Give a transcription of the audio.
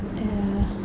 err